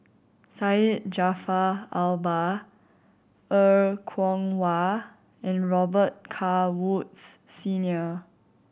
Syed Jaafar Albar Er Kwong Wah and Robet Carr Woods Senior